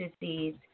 disease